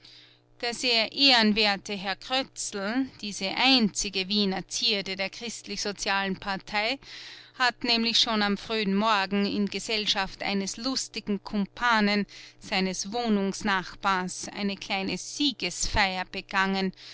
der sehr ehrenwerte herr krötzl diese einzige wiener zierde der christlichsozialen partei hat nämlich schon am frühen morgen in gesellschaft eines lustigen kumpanen seines wohnungsnachbars eine kleine siegesfeier begangen